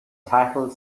titled